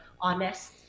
honest